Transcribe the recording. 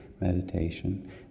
meditation